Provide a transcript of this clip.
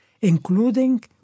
including